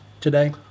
today